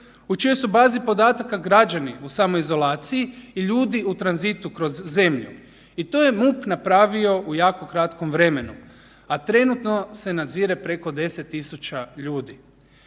u čijoj su bazi podataka građani u samoizolaciji i ljudi u tranzitu kroz zemlju i to je MUP napravio u jako kratkom vremenu, a trenutno se nadzire preko 10.000 ljudi.